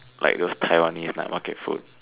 like those Taiwanese night market food